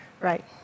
Right